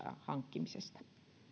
hankkimisesta